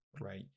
right